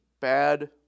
bad